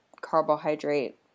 carbohydrate